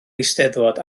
eisteddfod